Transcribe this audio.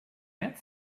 met